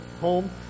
home